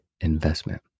Investment